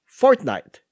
Fortnite